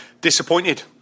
Disappointed